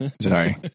Sorry